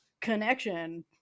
connection